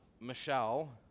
Michelle